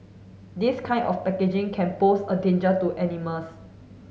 this kind of packaging can pose a danger to animals